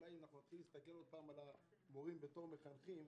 אולי אם נתחיל שוב להסתכל על המורים כמחנכים,